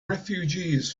refugees